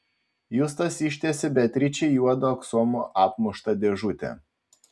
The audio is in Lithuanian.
justas ištiesė beatričei juodu aksomu apmuštą dėžutę